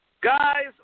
Guys